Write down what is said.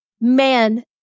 Man